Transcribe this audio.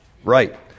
Right